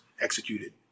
executed